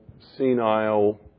senile